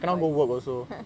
for party